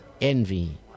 Envy